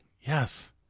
Yes